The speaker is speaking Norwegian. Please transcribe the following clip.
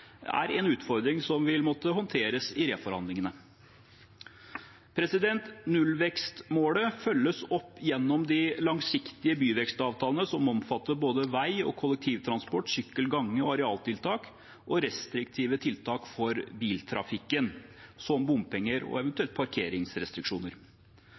er en utfordring som vil måtte håndteres i reforhandlingene. Nullvekstmålet følges opp gjennom de langsiktige byvekstavtalene, som omfatter både vei og kollektivtransport, sykkel, gange, arealtiltak og restriktive tiltak for biltrafikken, som bompenger og